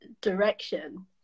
direction